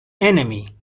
enemy